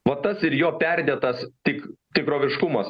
vat tas ir jo perdėtas tik tikroviškumas